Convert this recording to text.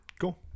Cool